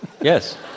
Yes